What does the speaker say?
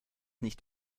nicht